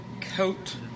Coat